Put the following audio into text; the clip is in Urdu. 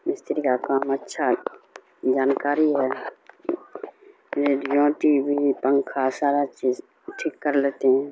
مستری کا کام اچھا جانکاری ہے ریڈیو ٹی وی پنکھا سارا چیز ٹھیک کر لیتے ہیں